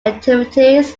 activities